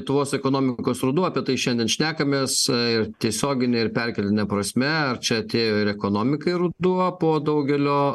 lietuvos ekonomikos ruduo apie tai šiandien šnekamės ir tiesiogine ir perkeltine prasme čia atėjo ir ekonomikai ruduo po daugelio